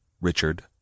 Richard